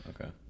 Okay